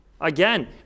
Again